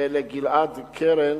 ולגלעד קרן,